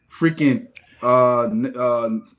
freaking